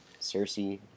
Cersei